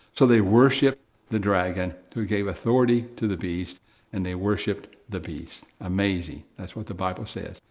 so they worshiped the dragon who gave authority to the beast and they worshiped the beast. amazing. that's what the bible says.